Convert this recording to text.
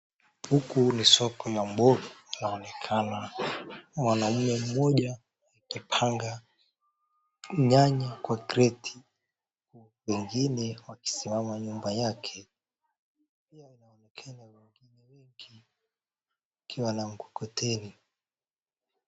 Huku ni soko la mboga inaonekana mwaume mmoja akipanga nyanya kwa kreti huku wengine wakisimama nyuma yake pia inaonekana wengine wengi wakiwa na mkokoteni.